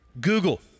Google